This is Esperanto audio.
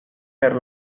per